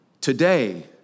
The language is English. Today